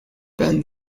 been